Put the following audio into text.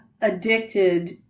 addicted